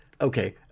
okay